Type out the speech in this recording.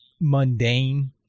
mundane